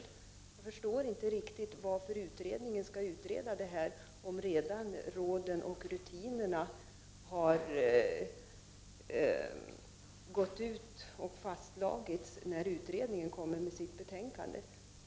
Jag förstår inte riktigt varför utredningen skall utreda saken om råden och rutinerna har fastslagits när utredningen kommer med sitt betänkande.